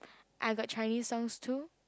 I got Chinese songs too